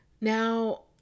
Now